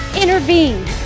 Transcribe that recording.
Intervene